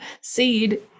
seed